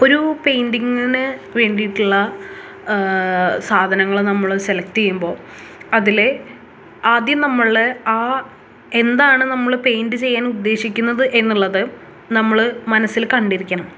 ഒരു പെയിൻ്റിങ്ങിന് വേണ്ടിയിട്ടുള്ള സാധനങ്ങൾ നമ്മൾ സെലക്ട് ചെയ്യുമ്പോൾ അതിലെ ആദ്യം നമ്മൾ ആ എന്താണ് നമ്മൾ പെയിൻറ്റ് ചെയ്യാൻ ഉദ്ദേശിക്കുന്നത് എന്നുള്ളത് നമ്മൾ മനസ്സിൽ കണ്ടിരിക്കണം